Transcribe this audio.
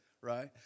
right